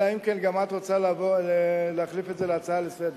אלא אם כן גם את רוצה להחליף את זה להצעה לסדר-היום.